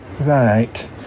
Right